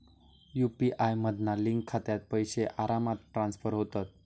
UPI मधना link खात्यात पैशे आरामात ट्रांसफर होतत